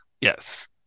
yes